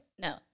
No